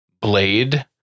Blade